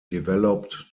developed